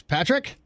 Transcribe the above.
Patrick